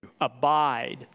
Abide